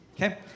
Okay